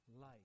light